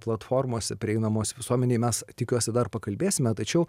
platformose prieinamos visuomenei mes tikiuosi dar pakalbėsime tačiau